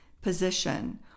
position